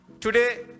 Today